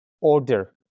order